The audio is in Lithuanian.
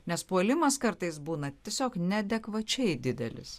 nes puolimas kartais būna tiesiog neadekvačiai didelis